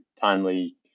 timely